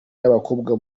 y’abakobwa